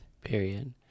Period